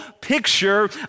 picture